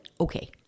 okay